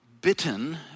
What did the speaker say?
bitten